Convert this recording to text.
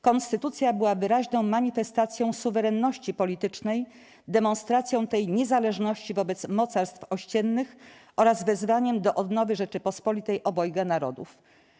Konstytucja była wyraźną manifestacją suwerenności politycznej, demonstracją tej niezależności wobec mocarstw ościennych oraz wezwaniem do odnowy Rzeczypospolitej Obojga Narodów.